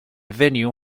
venue